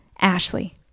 Ashley